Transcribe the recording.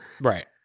Right